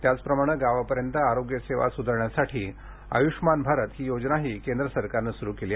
त्याचप्रमाणं गावापर्यंत आरोग्यसेवा सुधारण्यासाठी आयुष्मान भारत ही योजनाही केंद्र सरकारनं सुरू केली